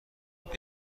رفتن